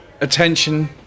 attention